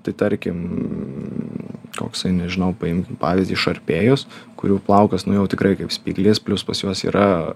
tai tarkim koksai nežinau paimkim pavyzdį šarpėjus kurių plaukas nu jau tikrai kaip spyglys plius pas juos yra